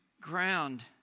ground